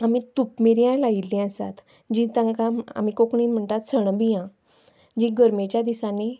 आमी तुपमिरयां लायिल्लीं आसात जी तांकां आमी कोंकणीन म्हणटात सणबियां जीं गरमेच्या दिसांनी